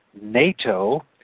NATO